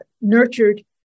nurtured